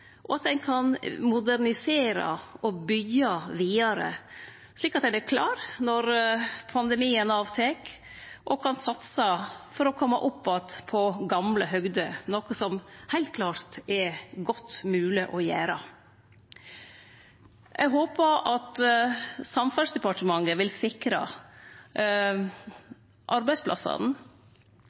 og at ein kan modernisere og byggje vidare, slik at ein er klar når pandemien avtek og kan satse for å kome opp att på gamle høgder, noko som heilt klart er godt mogleg å gjere. Eg håpar at Samferdselsdepartementet vil sikre arbeidsplassane,